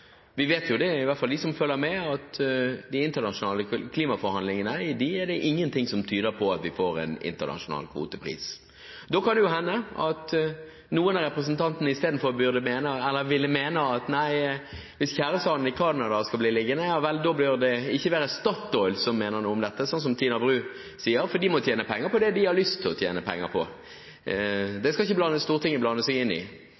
kvotepris vet vi ikke kommer til å komme. I hvert fall vi som følger med, vet at i de internasjonale klimaforhandlingene er det ingenting som tyder på at vi får en internasjonal kvotepris. Da kan det hende at noen av representantene istedenfor vil mene at hvis tjæresand i Canada skal bli liggende, bør det ikke være Statoil som mener noe om dette, slik som Tina Bru sier, for de må tjene penger på det de har lyst til å tjene penger på. Det skal ikke Stortinget blande seg inn i.